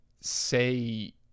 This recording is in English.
say